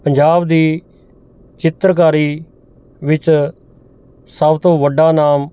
ਪੰਜਾਬ ਦੀ ਚਿੱਤਰਕਾਰੀ ਵਿੱਚ ਸਭ ਤੋਂ ਵੱਡਾ ਨਾਮ